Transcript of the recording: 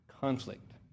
conflict